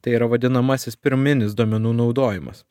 tai yra vadinamasis pirminis duomenų naudojimas